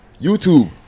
youtube